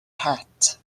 het